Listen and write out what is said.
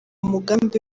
mugambi